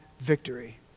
victory